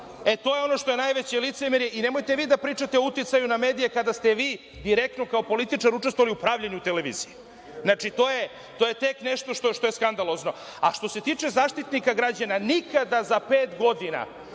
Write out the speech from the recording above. E, to je ono što je najveće licemerje. I nemojte vi da pričate o uticaju na medije, kada ste vi direktno kao političar učestvovali u pravljenju televizije. To je tek nešto što je skandalozno. Što se tiče Zaštitnika građana, nikada za pet godina